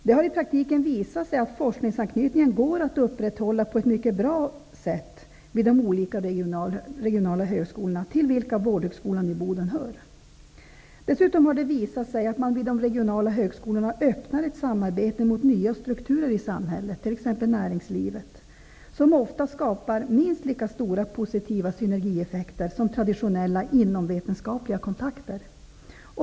Det har i praktiken visat sig att forskningsankytningen går att upprätthålla på ett mycket bra sätt vid de olika regionala högskolorna, till vilka Dessutom har det visat sig att man vid de regionala högskolorna öppnar ett samarbete mot nya strukturer i samhället, t.ex. näringslivet, som ofta skapar minst lika stora positiva synergieffekter som traditionella inomvetenskapliga kontakter.